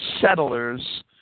settlers